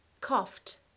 coughed